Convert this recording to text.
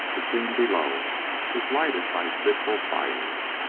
the scene below was lighted by fitful fires.